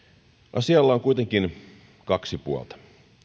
asialla on kuitenkin kaksi puolta